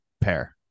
pair